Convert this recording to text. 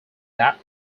that